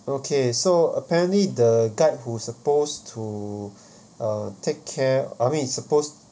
okay so apparently the guide who's supposed to uh take care I mean is supposed